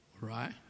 right